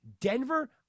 Denver